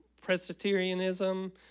Presbyterianism